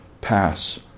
pass